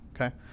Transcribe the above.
okay